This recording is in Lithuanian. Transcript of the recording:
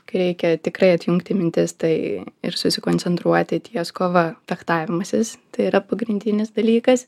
kai reikia tikrai atjungti mintis tai ir susikoncentruoti ties kova fechtavimasis tai yra pagrindinis dalykas